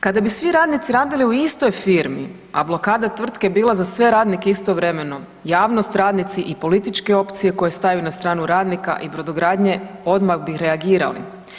Kada bi svi radnici radili u istoj firmi, a blokada tvrtke bila za sve radnike istovremeno, javnost, radnici i političke opcije koje staju na stranu radnika i brodogradnje odmah bi reagirali.